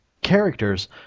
characters